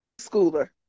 schooler